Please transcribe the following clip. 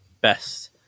best